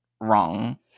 wrong